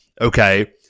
Okay